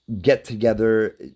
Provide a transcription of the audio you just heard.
get-together